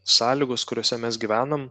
sąlygos kuriose mes gyvenam